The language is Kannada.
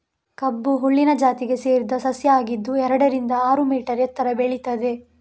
ಕಬ್ಬು ಹುಲ್ಲಿನ ಜಾತಿಗೆ ಸೇರಿದ ಸಸ್ಯ ಆಗಿದ್ದು ಎರಡರಿಂದ ಆರು ಮೀಟರ್ ಎತ್ತರ ಬೆಳೀತದೆ